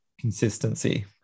consistency